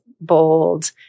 bold